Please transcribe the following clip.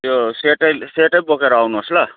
त्यो सेटै सेटै बोकेर आउनुहोस् ल